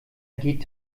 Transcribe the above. geht